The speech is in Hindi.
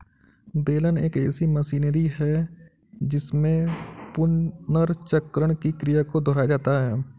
बेलन एक ऐसी मशीनरी है जिसमें पुनर्चक्रण की क्रिया को दोहराया जाता है